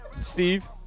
Steve